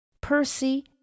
Percy